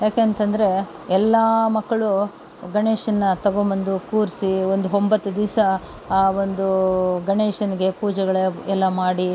ಯಾಕೆ ಅಂತಂದ್ರೆ ಎಲ್ಲ ಮಕ್ಕಳು ಗಣೇಶನ್ನ ತೊಗೊಂಡ್ಬಂದು ಕೂರಿಸಿ ಒಂದು ಒಂಬತ್ತು ದಿವಸ ಆ ಒಂದು ಗಣೇಶನಿಗೆ ಪೂಜೆಗಳು ಎಲ್ಲ ಮಾಡಿ